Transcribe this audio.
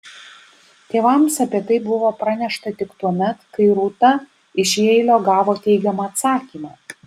tėvams apie tai buvo pranešta tik tuomet kai rūta iš jeilio gavo teigiamą atsakymą